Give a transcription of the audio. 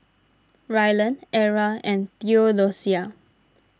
Rylan Era and theodosia